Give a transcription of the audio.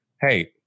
hey